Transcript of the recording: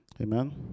Amen